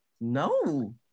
No